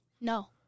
no